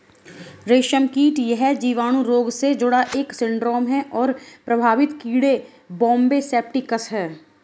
रेशमकीट यह जीवाणु रोग से जुड़ा एक सिंड्रोम है और प्रभावित कीड़े बॉम्बे सेप्टिकस है